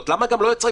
למה לא פותחים